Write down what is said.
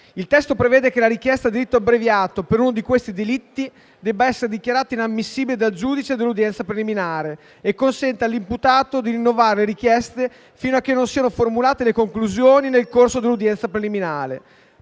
Il testo prevede che la richiesta di rito abbreviato per uno di questi delitti debba essere dichiarata inammissibile dal giudice dell'udienza preliminare e consente all'imputato di rinnovare la richiesta fino a che non siano formulate le conclusioni nel corso dell'udienza preliminare.